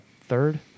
third